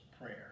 prayer